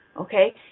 okay